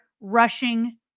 rushing